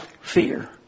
fear